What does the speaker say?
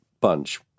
bunch